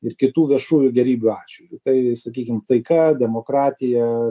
ir kitų viešųjų gėrybių atžvilgiu tai sakykim taika demokratija